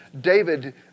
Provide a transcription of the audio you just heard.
David